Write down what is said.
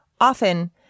Often